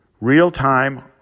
real-time